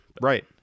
Right